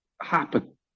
happen